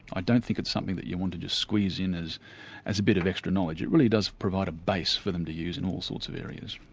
i don't think it's something you want to just squeeze in as as a bit of extra knowledge, it really does provide a base for them to use in all sorts of areas.